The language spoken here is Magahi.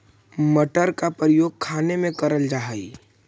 मटर का प्रयोग खाने में करल जा हई